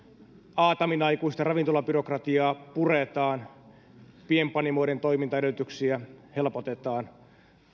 aataminaikuista ravintolabyrokratiaa puretaan pienpanimoiden toimintaedellytyksiä helpotetaan